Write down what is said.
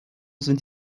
sind